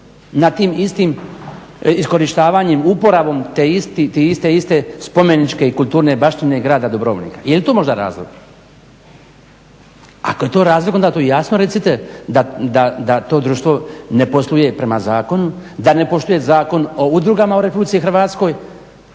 na tim istim iskorištavanjem, uporabom te iste spomeničke i kulturne baštine grada Dubrovnika? Je li to možda razlog? Ako je to razlog, onda to jasno recite da to društvo ne posluje prema zakonu, da ne poštuje Zakon o udrugama u RH,